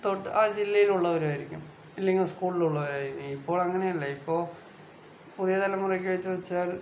തൊട്ട് ആ ജില്ലേലുള്ളവരും ആയിരിക്കും ഇല്ലെങ്കിൽ ആ സ്കൂളിൽ ഉള്ളവര് ആയിരിക്കും ഇപ്പോൾ അങ്ങനെയല്ല ഇപ്പോൾ പുതിയ തലമുറക്ക് എന്താന്ന് വച്ചാൽ